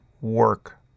work